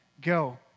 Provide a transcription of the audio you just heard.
go